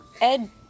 Ed